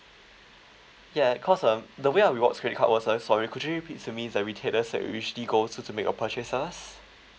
ya cause um the way our rewards credit card was uh sorry could you repeat to me the retailers that you usually go to to make your purchases